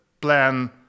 plan